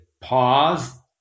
pause